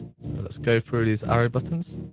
so let's go through these arrow buttons,